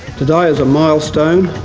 today is a milestone,